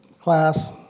class